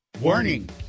Warning